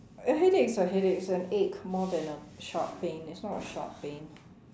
headaches are headaches and aches more than a short pain it is not a short pain